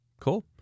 cool